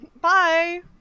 Bye